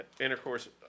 Intercourse